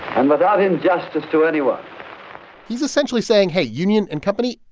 and without injustice to anyone he's essentially saying, hey, union and company,